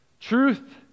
truth